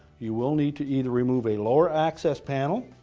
you will need to either remove a lower access panel